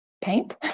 paint